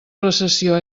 recessió